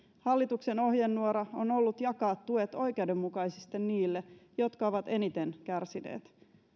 hallituksen ohjenuora on ollut jakaa tuet oikeudenmukaisesti niille jotka ovat eniten kärsineet